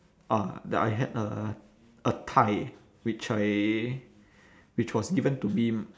ah the I had a a tie which I which was given to me